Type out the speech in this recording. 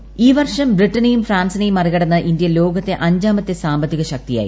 India ഈ വർഷം ബ്രിട്ടനെയും ഫ്രാൻസിനെയും മറികടന്ന് ഇന്ത്യ ലോകത്തെ അഞ്ചാമത്തെ സാമ്പത്തിക ശക്തിയായി